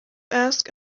ask